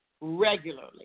regularly